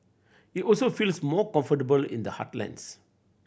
it also feels more comfortable in the heartlands